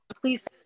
please